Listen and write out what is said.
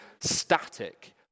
static